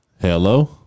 Hello